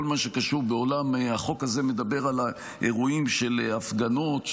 החוק הזה מדבר על אירועים של הפגנות,